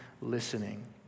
listening